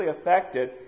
affected